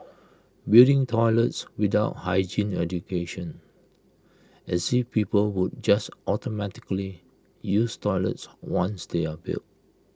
building toilets without hygiene education as if people would just automatically use toilets once they're built